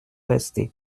resté